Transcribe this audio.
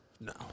no